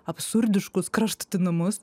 absurdiškus kraštutinumus